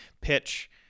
pitch